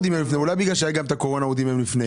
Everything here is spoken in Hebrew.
אולי בגלל שהייתה קורונה הוא דימם לפני.